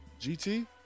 GT